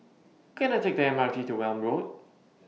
Can I Take The M R T to Welm Road